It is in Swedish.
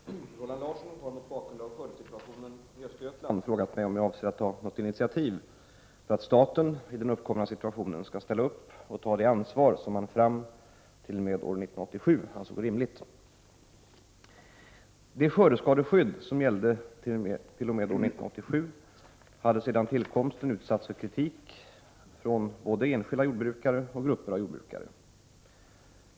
Fru talman! Roland Larsson har mot bakgrund av skördesituationen i Östergötland frågat mig om jag avser att ta något initiativ för att staten, i den uppkomna situationen, skall ställa upp och ta det ansvar som man fram t.o.m. år 1987 ansåg rimligt. Det skördeskadeskydd som gällde t.o.m. år 1987 hade sedan tillkomsten utsatts för kritik från både enskilda jordbrukare och grupper av jordbrukare.